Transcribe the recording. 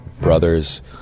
brothers